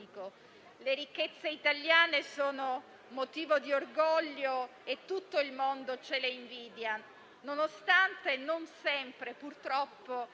Le ricchezze italiane sono motivo di orgoglio e tutto il mondo ce le invidia, nonostante non sempre, purtroppo,